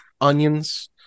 onions